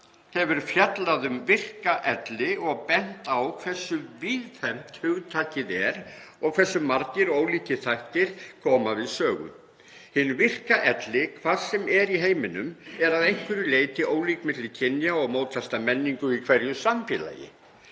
hefur fjallað um virka elli og bent á hversu víðfeðmt hugtakið er og hversu margir og ólíkir þættir koma við sögu. Hin virka elli hvar sem er í heiminum er að einhverju leyti ólík milli kynja og mótast af menningu í hverju samfélagi.